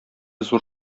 зур